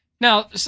Now